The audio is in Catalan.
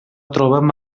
trobem